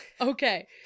Okay